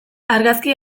argazki